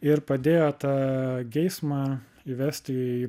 ir padėjo tą geismą įvest į